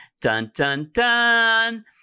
dun-dun-dun